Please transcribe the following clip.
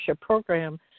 program